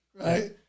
right